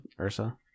Ursa